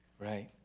right